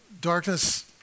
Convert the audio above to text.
darkness